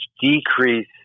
decrease